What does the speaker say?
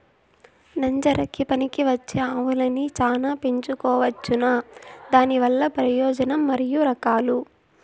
నంజరకి పనికివచ్చే ఆవులని చానా పెంచుకోవచ్చునా? దానివల్ల ప్రయోజనం మరియు రకాలు?